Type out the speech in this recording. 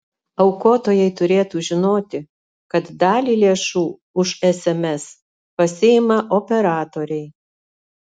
aukotojai turėtų žinoti kad dalį lėšų už sms pasiima operatoriai